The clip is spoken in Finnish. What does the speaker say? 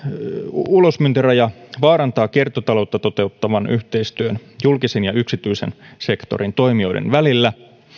ulosmyyntiraja vaarantaa kiertotaloutta toteuttavan yhteistyön julkisen ja yksityisen sektorin toimijoiden välillä